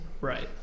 Right